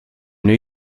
new